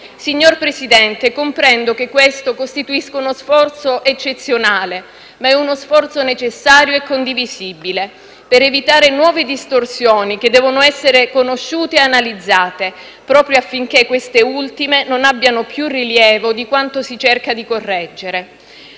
Signor Presidente, comprendo che questo costituisca uno sforzo eccezionale, ma è uno sforzo necessario e condivisibile per evitare nuove distorsioni che devono essere conosciute e analizzate proprio affinché queste ultime non abbiano più rilievo di quanto si cerca di correggere.